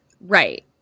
right